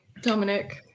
Dominic